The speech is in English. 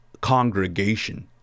congregation